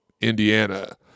Indiana